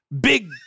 big